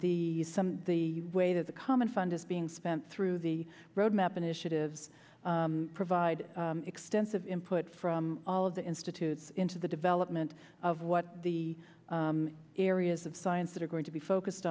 the the way that the common fund is being spent through the roadmap initiatives provide extensive input from all of the institutes into the development of what the areas of science that are going to be focused